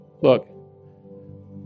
Look